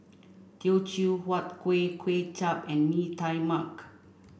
Teochew Huat Kuih Kway Chap and Mee Tai Mak